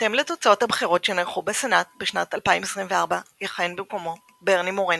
בהתאם לתוצאות הבחירות שנערכו בסנאט בשנת 2024 יכהן במקומו ברני מורנו.